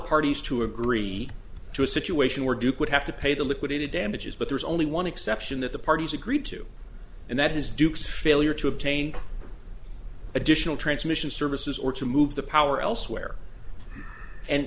parties to agree to a situation where duke would have to pay the liquidated damages but there's only one exception that the parties agreed to and that is duke's failure to obtain additional transmission services or to move the power elsewhere and